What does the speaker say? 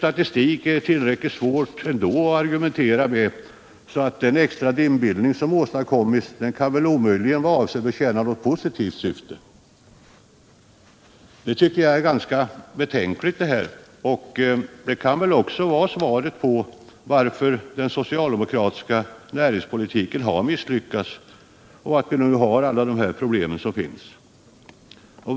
Statistik är tillräckligt svårt ändå att argumentera med, och därför kan den extra dimbildning som åstadkommits omöjligen vara avsedd att tjäna något positivt syfte. Jag tycker att socialdemokraternas agerande är ganska betänkligt, och det kan väl också vara anledningen till att den socialdemokratiska näringspolitiken har misslyckats och att vi nu har så många problem.